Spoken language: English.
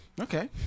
Okay